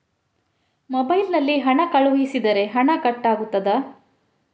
Mobile ನಲ್ಲಿ ಹಣ ಕಳುಹಿಸಿದರೆ ಹಣ ಕಟ್ ಆಗುತ್ತದಾ?